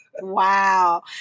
Wow